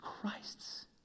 Christ's